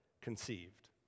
conceived